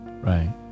right